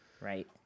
Right